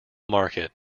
market